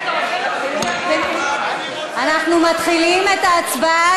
אנחנו מתחילים את ההצבעה.